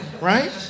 right